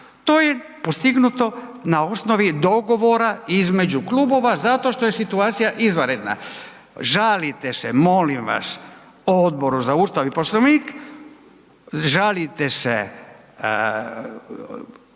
to je postignuto na osnovi dogovora između klubova zato što je situacija izvanredna. Žalite se molim vas Odboru za Ustav i Poslovnik, žalite se